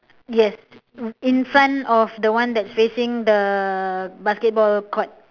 yes in front of the one that's facing the basketball court